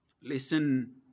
Listen